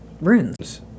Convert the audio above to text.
runes